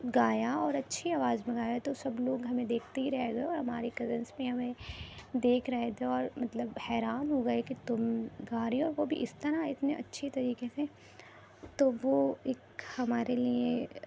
گایا اور اچھی آواز میں گایا تو سب لوگ ہمیں دیکھتے ہی رہ گئے اور ہمارے کزنس بھی ہمیں دیکھ رہے تھے اور مطلب حیران ہو گئے کہ تم گا رہی ہو اور وہ بھی اس طرح اتنی اچھی طریقے سے تو وہ ایک ہمارے لیے